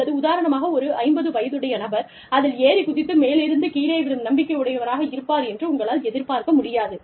அல்லது உதாரணமாக ஒரு 50 வயதுடைய நபர் அதில் ஏறிக் குதித்து மேலிருந்து கீழே விழும் நம்பிக்கை உடையவராக இருப்பார் என்று உங்களால் எதிர்பார்க்க முடியாது